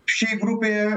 šiai grupei